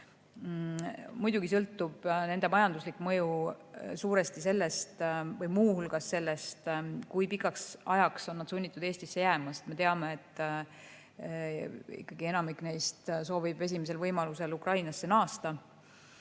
Muidugi sõltub nende majanduslik mõju suuresti või muu hulgas sellest, kui pikaks ajaks on nad sunnitud Eestisse jääma. Me teame, et enamik neist soovib esimesel võimalusel Ukrainasse naasta.